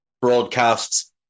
broadcasts